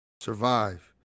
survive